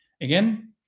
Again